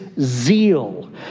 zeal